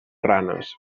ranes